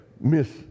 Miss